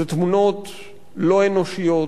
אלה תמונות לא אנושיות,